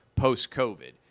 post-COVID